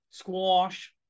squash